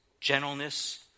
gentleness